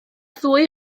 ddwy